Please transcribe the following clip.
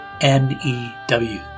N-E-W